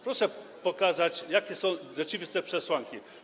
Proszę pokazać, jakie są rzeczywiste przesłanki.